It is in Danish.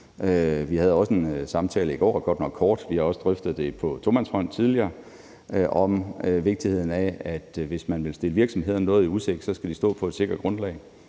Vi havde også en samtale i går – godt nok kort – og vi har også drøftet det på tomandshånd tidligere, altså vigtigheden af, at det, hvis man vil stille virksomhederne noget i udsigt, skal stå på et sikkert grundlag.